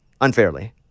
Unfairly